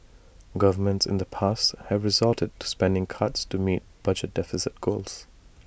governments in the past have resorted to spending cuts to meet budget deficit goals